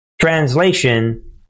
Translation